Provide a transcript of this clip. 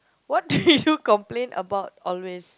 what do you complain about always